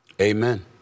Amen